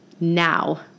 Now